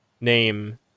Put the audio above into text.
name